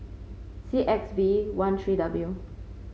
C X V one three W